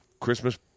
Christmas